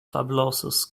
fabulosos